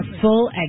full